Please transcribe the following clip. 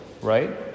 Right